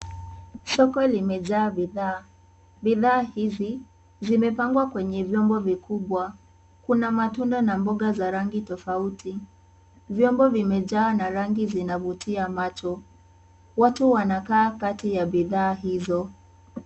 Soko limejaa bidhaa, bidhaa hizi zimepangwa kwenye vyombo vikubwa. Kuna matunda na mboga za rangi tofauti. Vyombo vimejaa na rangi zinavutia macho, watu wanakaa kati ya bidhaa hizo.